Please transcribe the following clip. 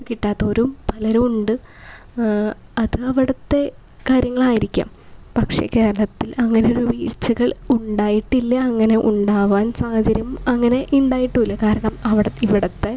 ഇപ്പം കിട്ടാത്തവരും പലരും ഉണ്ട് അത് അവിടത്തെ കാര്യങ്ങളായിരിക്കാം പക്ഷേ കേരളത്തിൽ അങ്ങനെ ഒരു വീഴ്ചകൾ ഉണ്ടായിട്ടില്ല അങ്ങനെ ഉണ്ടാവാൻ സാഹചര്യം അങ്ങനെ ഉണ്ടായിട്ടും ഇല്ല കാരണം അവിടെ ഇവിടത്തെ